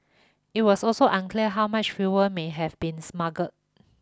it was also unclear how much fuel may have been smuggled